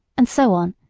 and so on,